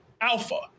Alpha